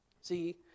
See